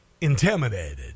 intimidated